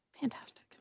Fantastic